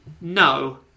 No